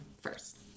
first